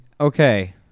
okay